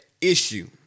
issue